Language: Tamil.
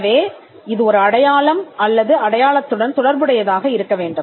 எனவே இது ஒரு அடையாளம் அல்லது அடையாளத்துடன் தொடர்புடையதாக இருக்க வேண்டும்